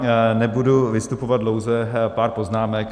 Já nebudu vystupovat dlouze, pár poznámek.